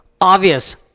obvious